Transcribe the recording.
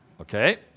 Okay